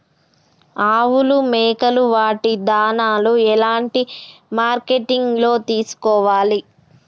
ఆవులు మేకలు వాటి దాణాలు ఎలాంటి మార్కెటింగ్ లో తీసుకోవాలి?